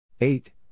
eight